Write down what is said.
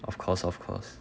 of course of course